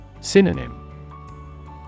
Synonym